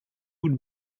would